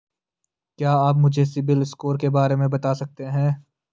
क्या आप मुझे सिबिल स्कोर के बारे में बता सकते हैं?